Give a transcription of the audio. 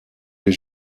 les